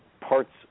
parts